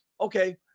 okay